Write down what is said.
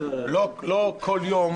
לא כל יום